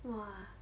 !wah!